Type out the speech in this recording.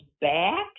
back